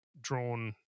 drawn